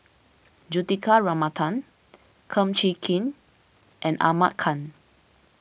Juthika Ramanathan Kum Chee Kin and Ahmad Khan